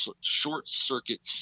short-circuits